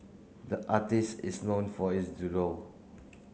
the artist is known for his doodle